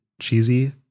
cheesy